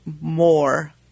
more